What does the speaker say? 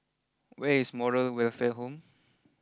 where is Moral Welfare Home